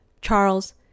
Charles